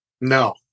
No